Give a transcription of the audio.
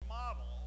model